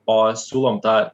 o siūlom tą